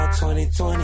2020